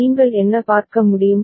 நீங்கள் என்ன பார்க்க முடியும்